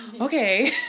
Okay